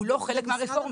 הוא לא חלק מהרפורמה.